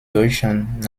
deutschland